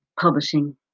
Publishing